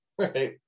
Right